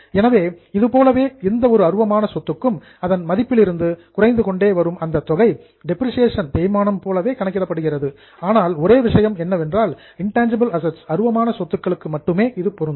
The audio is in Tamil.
எனவே இது போலவே எந்த ஒரு அருவமான சொத்துக்கும் அதன் மதிப்பிலிருந்து குறைந்து கொண்டே வரும் அந்த தொகை டெப்ரிசியேஷன் தேய்மானம் போலவே கணக்கிடப்படுகிறது ஆனால் ஒரே விஷயம் என்னவென்றால் இன்டேன்ஜிபிள் அசட்ஸ் அருவமான சொத்துகளுக்கு மட்டுமே இது பொருந்தும்